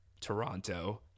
Toronto